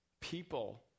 people